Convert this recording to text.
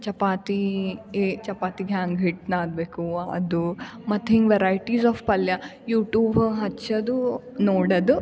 ಚಪಾತೀಗೆ ಚಪಾತಿಗೆ ಹ್ಯಾಂಗೆ ಹಿಟ್ಟನ್ನ ಆಗಬೇಕು ವ ಅದು ಮತ್ತು ಹಿಂಗೆ ವೆರೈಟೀಸ್ ಆಫ್ ಪಲ್ಯ ಯೂಟ್ಯೂಬ್ ಹಚ್ಚೋದು ನೋಡೋದು